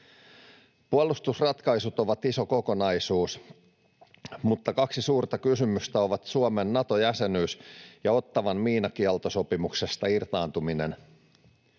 Puolustusratkaisut ovat iso kokonaisuus, mutta kaksi suurta kysymystä ovat Suomen Nato-jäsenyys ja Ottawan miinakieltosopimuksesta irtaantuminen.